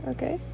Okay